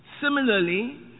Similarly